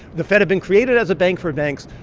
the fed had been created as a bank for banks,